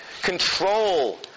control